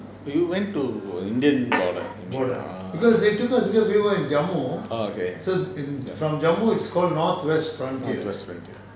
but you went to indian border ah orh okay north west frontier